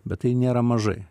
bet tai nėra mažai